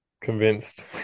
convinced